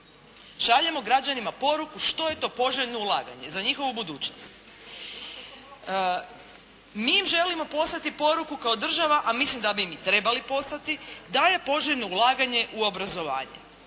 Šaljemo građanima poruku što je to poželjno ulaganje za njihovu budućnost. Mi im želimo poslati poruku kao država, a mislim da bi im trebali poslati, da je poželjno ulaganje u obrazovanje.